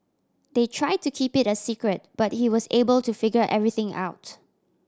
they try to keep it a secret but he was able to figure everything out